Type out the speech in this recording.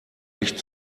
nicht